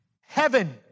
Heaven